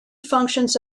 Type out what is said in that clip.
functions